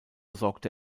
sorgte